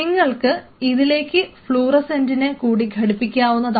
നിങ്ങൾക്ക് ഇതിലേക്ക് ഫ്ലൂറസെന്റിനെ കൂടി ഘടിപ്പിക്കാവുന്നതാണ്